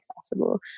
accessible